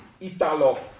Italo